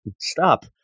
stop